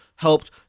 helped